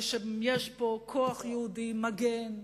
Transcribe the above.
ויש פה כוח יהודי מגן,